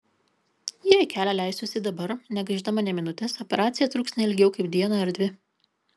jei į kelią leisiuosi dabar negaišdama nė minutės operacija truks ne ilgiau kaip dieną ar dvi